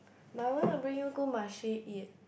my one will bring you go Marche eat